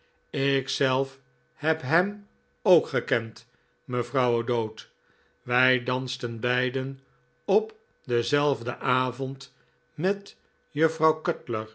zelf heb hem ook gekend mevrouw o'dowd wij dansten beiden op denzelfden avond met juffrouw